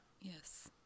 Yes